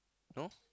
no